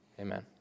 Amen